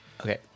Okay